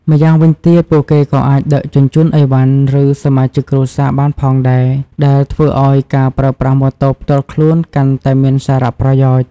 ម្យ៉ាងវិញទៀត ពួកគេក៏អាចដឹកជញ្ជូនអីវ៉ាន់ ឬសមាជិកគ្រួសារបានផងដែរ ដែលធ្វើឱ្យការប្រើប្រាស់ម៉ូតូផ្ទាល់ខ្លួនកាន់តែមានសារៈប្រយោជន៍។